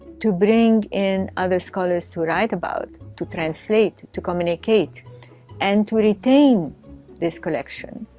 to bring in other scholars to write about, to translate, to communicate and to retain this collection.